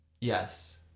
Yes